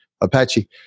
Apache